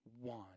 one